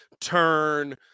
turn